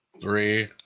three